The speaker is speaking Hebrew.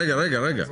יהודית?